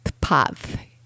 path